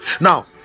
Now